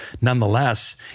nonetheless